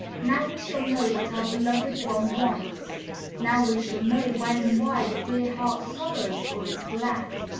now we shall know what our beloved one wants now we shall know when and why the dear heart sorrows or is glad.